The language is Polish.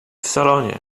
salonie